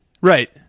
Right